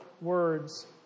words